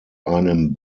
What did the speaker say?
einem